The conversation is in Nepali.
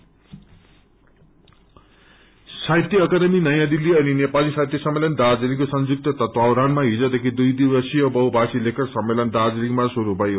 सम्मेलन साहित्य अकादमी नयाँ दिल्ली अनि नेपाली साहित्य सम्मेलन दार्जीलिङको संयुक्त तत्वाधानामा हिजदेखि दुइ दिवसीय बहुभाषी लेखक सम्मेलन दार्जीलिङमा शुरू भयो